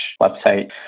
website